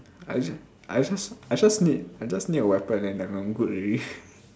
I just I just I just need I just need a weapon and I'm good already